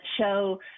show